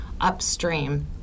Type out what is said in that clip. upstream